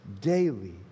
daily